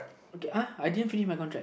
okay uh I didn't finish my contract